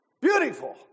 Beautiful